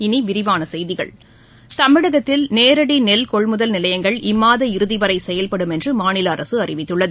இனி விரிவான செய்திகள் தமிழகத்தில் நேரடி நெல் கொள்முதல் நிலையங்கள் இம்மாத இறுதிவரை செயல்படும் என்று மாநில அரசு அறிவித்தள்ளது